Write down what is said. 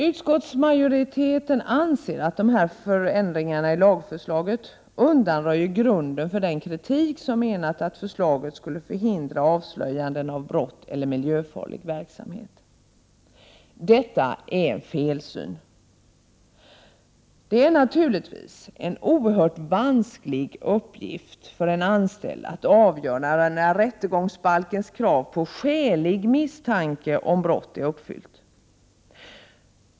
Utskottsmajoriteten anser att dessa förändringar i lagförslaget undanröjer grunden för den kritik som har menat att förslaget skulle förhindra avslöjanden av brott eller miljöfarlig verksamhet. Detta är en felsyn. Det är naturligtvis en oerhört vansklig uppgift för en anställd att avgöra när rättegångsbalkens krav på skälig misstanke om brott är uppfyllt.